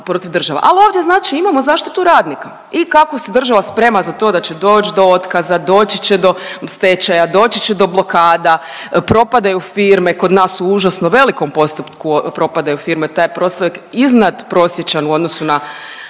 al ovdje znači imamo zaštitu radnika i kako se država sprema za to da će doć do otkaza, doći će do stečaja, doći će do blokada, propadaju firme, kod nas u užasno velikom postotku propadaju firme, taj je prosjek iznadprosječan u odnosu na